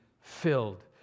filled